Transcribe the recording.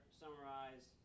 summarize